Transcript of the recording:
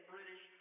British